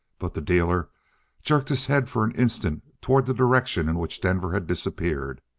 but the dealer jerked his head for an instant toward the direction in which denver had disappeared.